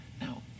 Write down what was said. Now